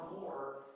more